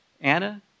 Anna